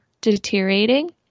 deteriorating